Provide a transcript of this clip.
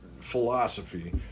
philosophy